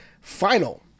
final